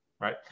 right